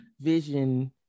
vision